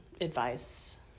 advice